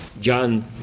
John